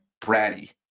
bratty